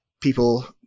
People